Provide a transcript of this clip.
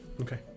okay